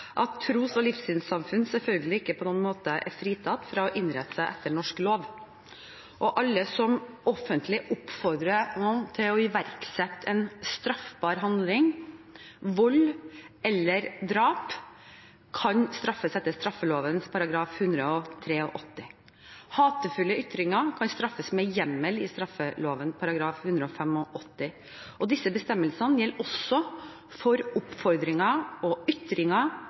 at tros- og livssynssamfunn selvfølgelig ikke på noen måte er fritatt fra å innrette seg etter norsk lov, og alle som offentlig oppfordrer noen til å iverksette en straffbar handling, vold eller drap, kan straffes etter straffeloven § 183. Hatefulle ytringer kan straffes med hjemmel i straffeloven § 185, og disse bestemmelsene gjelder også for oppfordringer og ytringer